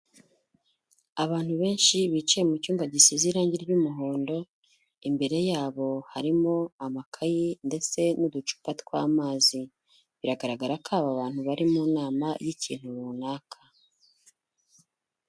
Abantu benshi bicaye mu cyumba gisize irange ry'umuhondo, imbere yabo harimo amakayi ndetse n'uducupa tw'amazi, biragaragarako aba bantu bari mu nama y'ikintu runaka.